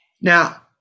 Now